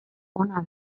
ona